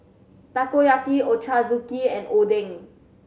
Takoyaki Ochazuke and Oden